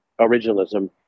originalism